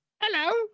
Hello